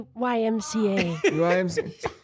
YMCA